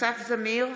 אסף זמיר,